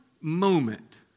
moment